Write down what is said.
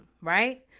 right